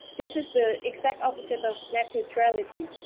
this is the exact opposite of net neutrality.